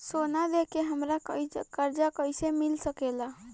सोना दे के हमरा कर्जा कईसे मिल सकेला?